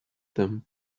them